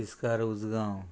Tiskar Ujgaon